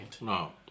No